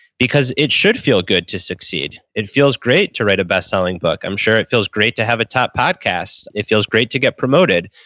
because it should feel good to succeed. it feels great to write a bestselling book. i'm sure it feels great to have a top podcast. it feels great to get promoted.